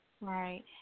Right